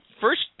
first